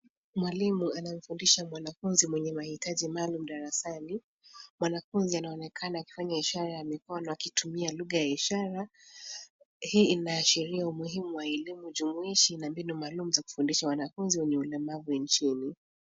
Mwalimu anamfundisha mwanafunzi mwenye mahitaji maalum darasani. Mwanafunzi anaonekana akifanya ishara ya mikono akitumia lugha ya ishara. Hii inaashiria umuhimu wa elimu jumuishi na mbinu maalum za kufundisha wanafunzi wenye ulemavu nchini.